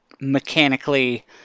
mechanically